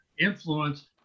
influence